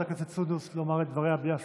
הכנסת סונדוס לומר את דבריה בלי הפרעה.